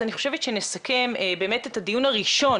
אז אני חושבת שנסכם באמת את הדיון הראשון,